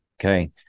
Okay